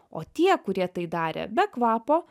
o tie kurie tai darė be kvapo